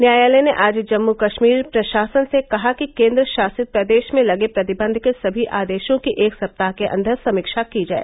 न्यायालय ने आज जम्मू कश्मीर प्रशासन से कहा कि केन्द्रशासित प्रदेश में लगे प्रतिबंध के सभी आदेशों की एक सप्ताह के अदर समीक्षा की जाए